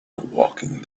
walking